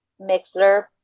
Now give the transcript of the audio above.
Mixler